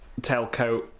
tailcoat